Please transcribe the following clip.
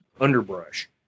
underbrush